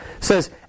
says